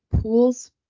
Pools